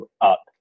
up